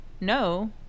no